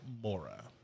Mora